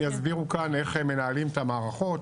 יסבירו כאן איך מנהלים את המערכות